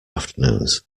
afternoons